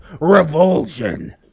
revulsion